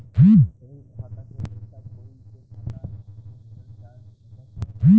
संयुक्त खाता से पयिसा कोई के खाता में भेजल जा सकत ह का?